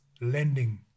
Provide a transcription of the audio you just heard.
lending